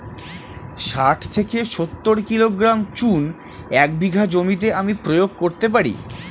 শাঠ থেকে সত্তর কিলোগ্রাম চুন এক বিঘা জমিতে আমি প্রয়োগ করতে পারি?